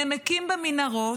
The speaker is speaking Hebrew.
נמקים במנהרות,